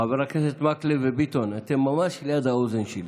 חברי הכנסת מקלב וביטון, אתם ממש ליד האוזן שלי.